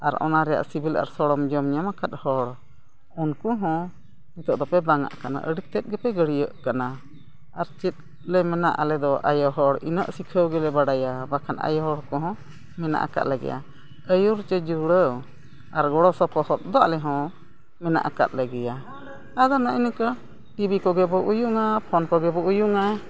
ᱟᱨ ᱚᱱᱟ ᱨᱮᱭᱟᱜ ᱥᱤᱵᱤᱞ ᱟᱨ ᱥᱚᱲᱚᱢ ᱡᱚᱢ ᱧᱟᱢ ᱟᱠᱟᱫ ᱦᱚᱲ ᱩᱱᱠᱩ ᱦᱚᱸ ᱱᱤᱛᱚᱜ ᱫᱚᱯᱮ ᱵᱟᱝ ᱟᱜ ᱠᱟᱱᱟ ᱟᱹᱰᱤ ᱛᱮᱫ ᱜᱮᱯᱮ ᱜᱟᱹᱲᱭᱟᱹᱜ ᱠᱟᱱᱟ ᱟᱨ ᱪᱮᱫ ᱞᱮ ᱢᱮᱱᱟ ᱟᱞᱮ ᱫᱚ ᱟᱭᱳ ᱦᱚᱲ ᱩᱱᱟᱹᱜ ᱥᱤᱠᱷᱟᱹᱣ ᱜᱮᱞᱮ ᱵᱟᱲᱟᱭᱟ ᱵᱟᱠᱷᱟᱱ ᱟᱭᱳ ᱦᱚᱲ ᱠᱚᱦᱚᱸ ᱢᱮᱱᱟᱜ ᱟᱠᱟᱫ ᱞᱮᱜᱮᱭᱟ ᱟᱹᱭᱩᱨ ᱥᱮ ᱡᱩᱲᱟᱹᱣ ᱟᱨ ᱜᱚᱲᱚ ᱥᱚᱯᱚᱦᱚᱫ ᱫᱚ ᱟᱞᱮ ᱦᱚᱸ ᱢᱮᱱᱟᱜ ᱟᱠᱟᱫ ᱞᱮᱜᱮᱭᱟ ᱟᱫᱚ ᱱᱮᱜᱼᱮ ᱱᱤᱝᱠᱟᱹ ᱴᱤᱵᱷᱤ ᱠᱚᱜᱮ ᱵᱚᱱ ᱩᱭᱩᱝᱟ ᱯᱷᱳᱱ ᱠᱚᱜᱮ ᱵᱚᱱ ᱩᱭᱩᱝᱟ